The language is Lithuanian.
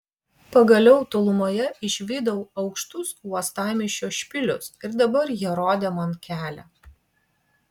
pagaliau tolumoje išvydau aukštus uostamiesčio špilius ir dabar jie rodė man kelią